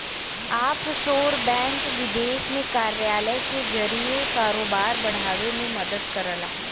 offshore bank विदेश में कार्यालय के जरिए कारोबार बढ़ावे में मदद करला